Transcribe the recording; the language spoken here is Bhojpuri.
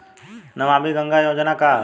नमामि गंगा योजना का ह?